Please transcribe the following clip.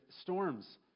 storms